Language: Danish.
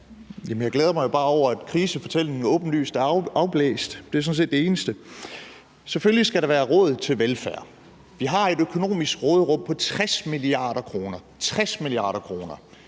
jeg glæder mig bare over, at krisefortællingen jo åbenlyst er afblæst – det er sådan set det eneste. Selvfølgelig skal der være råd til velfærd. Vi har et økonomisk råderum på 60 mia. kr.